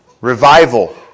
revival